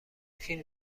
فیلم